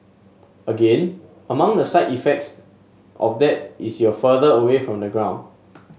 again among the side effects of that is you're further away from the ground